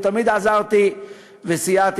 ותמיד עזרתי וסייעתי.